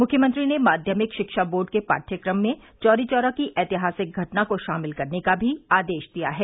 मुख्यमंत्री ने माध्यमिक शिक्षा बोर्ड के पाठ्यक्रम में चौरी चौरा की ऐतिहासिक घटना को शामिल करने का भी आदेश दिया है